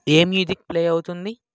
ఏ music play అవుతుంది